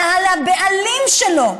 אלא על הבעלים שלו,